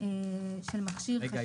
של מכשיר חשמלי -- רגע,